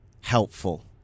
helpful